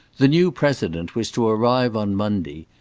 the new president was to arrive on monday.